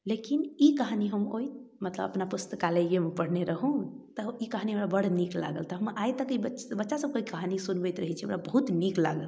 लेकिन ई कहानी हम ओइ मतलब अपना पुस्तकालयमे पढ़ने रहौं तऽ ई कहानी हमरा बड़ नीक लागल तऽ हमरा आइ तक ई बच्चा बच्चा सबके ई कहानी सुनबति रहै छियै ओकरा बहुत नीक लागल रहऽ